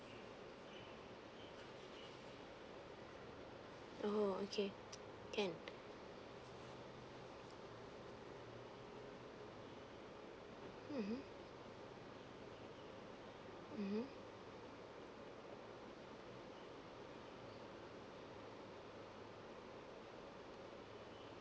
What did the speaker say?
oh okay can mmhmm mmhmm